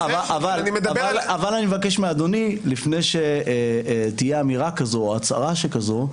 אבל אני מבקש מאדוני לפני שתהיה אמירה כזו או הצהרה שכזו,